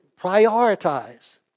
prioritize